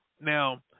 now